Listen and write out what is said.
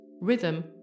rhythm